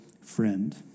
friend